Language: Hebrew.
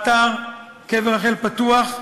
אתר קבר רחל פתוח,